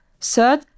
Third